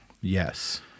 Yes